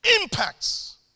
impacts